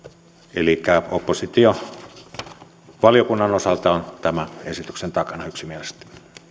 elikkä oppositio valiokunnan osalta on tämän esityksen takana yksimielisesti